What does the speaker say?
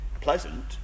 pleasant